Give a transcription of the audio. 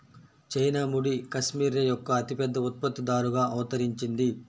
China ముడి cashmere యొక్క అతిపెద్ద ఉత్పత్తిదారుగా అవతరించింది